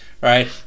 Right